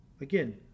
Again